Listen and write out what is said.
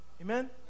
Amen